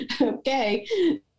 Okay